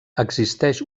existeix